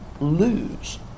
lose